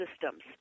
systems